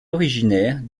originaire